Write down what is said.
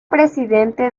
presidente